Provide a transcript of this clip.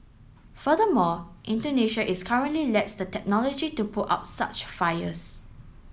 furthermore Indonesia is currently lacks the technology to put out such fires